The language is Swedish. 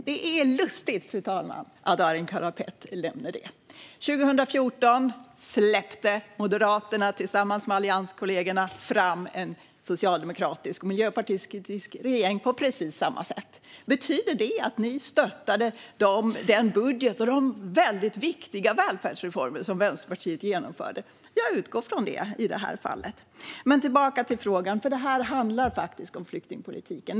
Fru talman! Det är lustigt att Arin Karapet nämner detta. År 2014 släppte Moderaterna tillsammans med allianskollegorna fram en socialdemokratisk och miljöpartistisk regering på precis samma sätt. Betyder det att ni stöttade den budget och de väldigt viktiga välfärdsreformer som Vänsterpartiet genomförde? Jag utgår från det i det här fallet. Men tillbaka till frågan! Det här handlar faktiskt om flyktingpolitiken.